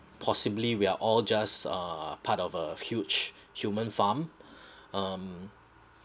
possibly we're all just uh part of a huge human farm um